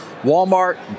Walmart